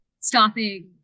stopping